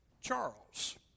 Charles